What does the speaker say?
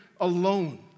Alone